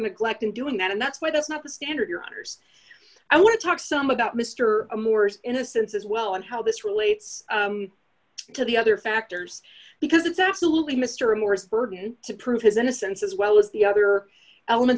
neglect in doing that and that's why that's not the standard your honour's i want to talk some about mr moore's innocence as well and how this relates to the other factors because it's absolutely mr morris burden to prove his innocence as well as the other element